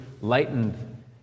lightened